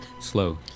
Slow